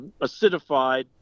acidified